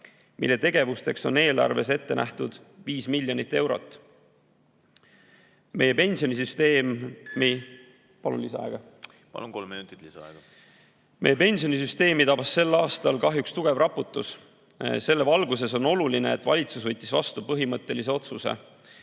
mille tegevusteks on eelarves ette nähtud 5 miljonit eurot. Meie pensionisüsteemi ... Palun lisaaega. Palun, kolm minutit lisaaega. Palun, kolm minutit lisaaega. Meie pensionisüsteemi tabas sel aastal kahjuks tugev raputus. Selle valguses on oluline, et valitsus võttis vastu põhimõttelise otsuse,